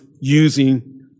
using